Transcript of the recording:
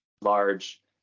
large